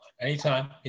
Anytime